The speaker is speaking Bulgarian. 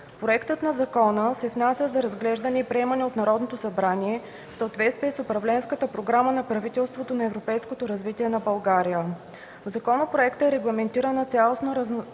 Проектът на закона се внася за разглеждане и приемане от Народното събрание в съответствие с управленската програма на Правителството на европейското развитие на България. В законопроекта е регламентирана цялостно